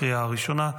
לקריאה ראשונה.